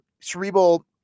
Cerebral